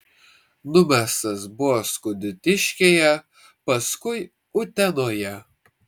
numestas buvo skudutiškyje paskui utenoje